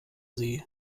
sie